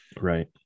right